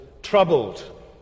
troubled